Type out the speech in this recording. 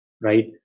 right